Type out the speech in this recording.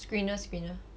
screener screener